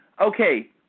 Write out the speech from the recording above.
okay